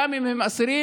גם אם הם אסירים,